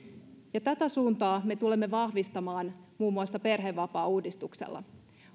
tätä suuntaa me tulemme vahvistamaan muun muassa perhevapaauudistuksella